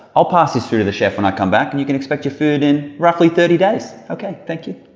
i'll pass this through to the chef when i come back and you can expect your food in roughly thirty days, okay thank you